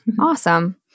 Awesome